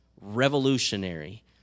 revolutionary